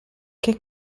che